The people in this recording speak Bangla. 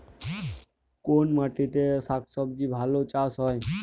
কোন মাটিতে শাকসবজী ভালো চাষ হয়?